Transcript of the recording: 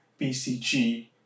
BCG